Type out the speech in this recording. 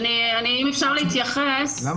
אם בן אדם --- והוא זר,